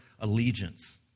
allegiance